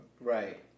Right